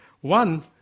One